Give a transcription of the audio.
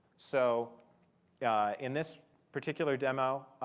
so in this particular demo,